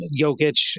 Jokic